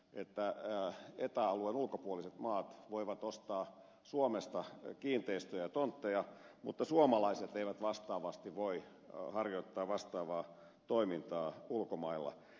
ei voi olla oikein että eta alueen ulkopuoliset maat voivat ostaa suomesta kiinteistöjä ja tontteja mutta suomalaiset eivät vastaavasti voi harjoittaa vastaavaa toimintaa ulkomailla